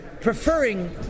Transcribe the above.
preferring